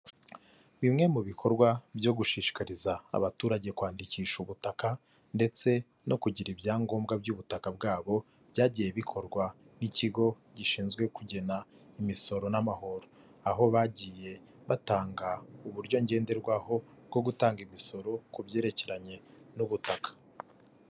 Bimwe mu bikorwa byo gushishikariza abaturage kwandikisha ubutaka, ndetse no kugira ibyangombwa by'ubutaka bwabo byagiye bikorwa n'ikigo gishinzwe kugena imisoro n'amahoro. Aho bagiye batanga uburyo ngenderwaho bwo gutanga imisoro ku byerekeranye n'ubutaka.